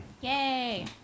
Yay